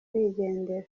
bigendera